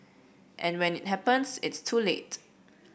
and when it happens it's too late